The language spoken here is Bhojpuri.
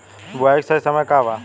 बुआई के सही समय का वा?